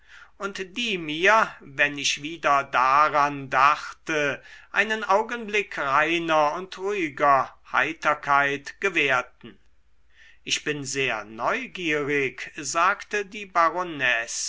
und die mir wenn ich wieder daran dachte einen augenblick reiner und ruhiger heiterkeit gewährten ich bin sehr neugierig sagte die